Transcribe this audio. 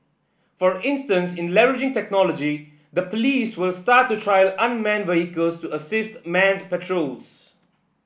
for instance in leveraging technology the police will start to trial unmanned vehicles to assist man's patrols